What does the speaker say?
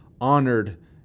honored